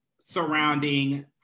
surrounding